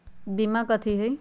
बीमा कथी है?